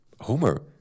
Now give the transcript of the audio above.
Homer